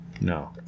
No